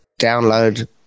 Download